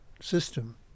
system